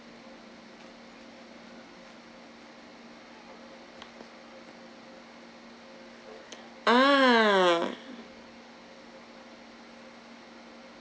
ah